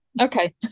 Okay